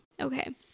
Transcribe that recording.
okay